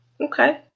Okay